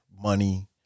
money